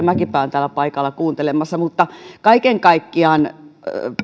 mäkipää on täällä paikalla kuuntelemassa mutta kaiken kaikkiaan